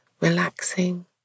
relaxing